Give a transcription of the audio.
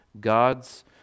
God's